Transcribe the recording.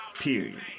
period